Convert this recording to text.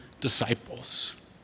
disciples